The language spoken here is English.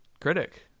critic